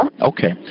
Okay